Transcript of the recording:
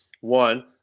one